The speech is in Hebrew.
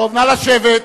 נא לשבת.